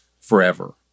forever